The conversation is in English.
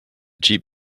jeep